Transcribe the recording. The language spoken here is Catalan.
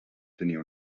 tenia